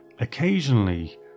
occasionally